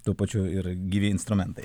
tuo pačiu ir gyvi instrumentai